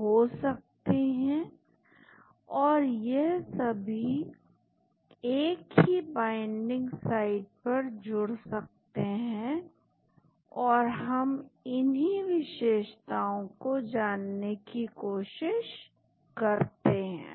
हो सकते हैं और यह सभी एक ही बाइंडिंग साइट पर जुड़ सकते हैं और हम इन्हीं विशेषताओं को जानने की कोशिश करते हैं